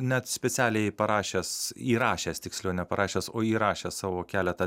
net specialiai parašęs įrašęs tiksliau neparašęs o įrašęs savo keletą